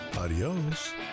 Adios